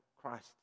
Christ